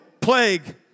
plague